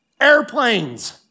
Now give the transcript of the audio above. airplanes